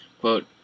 Quote